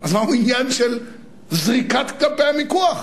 אז מה העניין של זריקת קלפי המיקוח